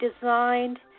designed